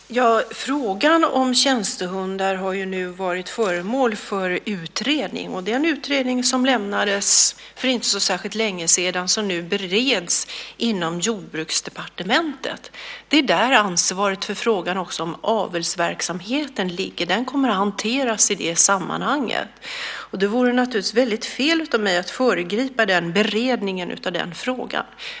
Herr talman! Frågan om tjänstehundar har nu varit föremål för utredning. Det är en utredning som lämnades för inte så särskilt länge sedan och som nu bereds inom Jordbruksdepartementet. Det är också där ansvaret för frågan om avelsverksamheten ligger. Den kommer att hanteras i det sammanhanget. Det vore naturligtvis fel av mig att föregripa beredningen av frågan.